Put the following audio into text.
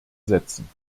setzen